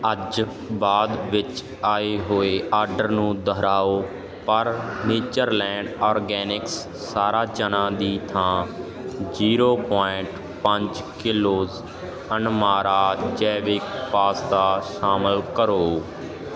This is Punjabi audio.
ਅੱਜ ਬਾਅਦ ਵਿੱਚ ਆਏ ਹੋਏ ਆਰਡਰ ਨੂੰ ਦੁਹਰਾਓ ਪਰ ਨੇਚਰਲੈਂਡ ਆਰਗੈਨਿਕਸ ਸਾਰਾ ਚਨਾ ਦੀ ਥਾਂ ਜੀਰੋ ਪੁਆਇੰਟ ਪੰਜ ਕਿਲੋਜ਼ ਅਨਮਾਰਾ ਜੈਵਿਕ ਪਾਸਤਾ ਸ਼ਾਮਲ ਕਰੋ